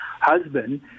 husband